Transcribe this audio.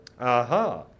Aha